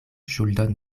ŝuldon